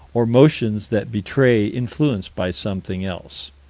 or motions that betray influence by something else.